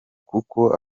kuko